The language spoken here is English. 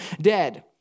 dead